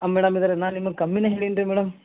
madam ಇದರ ನಾ ನಿಮಗೆ ಕಮ್ಮಿನೇ ಹೇಳಿನಿ ರೀ ಮೇಡಮ್